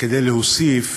כדי להוסיף